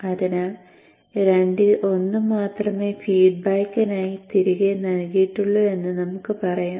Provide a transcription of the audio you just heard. അതിനാൽ രണ്ടിൽ ഒന്ന് മാത്രമേ ഫീഡ്ബാക്കിനായി തിരികെ നൽകിയിട്ടുള്ളൂ എന്ന് നമുക്ക് പറയാം